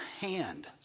hand